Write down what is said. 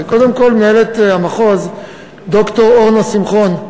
קודם כול, מנהלת המחוז, ד"ר אורנה שמחון,